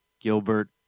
Gilbert